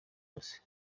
yose